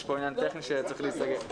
יש כאן עניין טכני שצריך להיסגר.